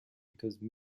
because